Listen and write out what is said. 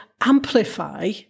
amplify